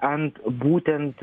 ant būtent